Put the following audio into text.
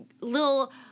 little